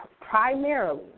primarily